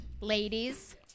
ladies